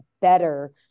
better